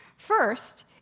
First